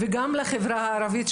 וגם לחברה הערבית,